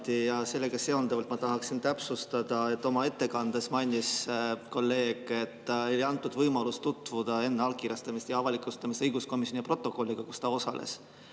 sellega seonduvalt ma tahaksin täpsustada. Oma ettekandes mainis kolleeg, et talle ei antud võimalust tutvuda enne allkirjastamist ja avalikustamist õiguskomisjoni [istungi], kus ta osales,